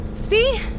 see